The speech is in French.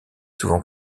souvent